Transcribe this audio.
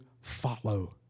follow